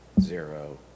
zero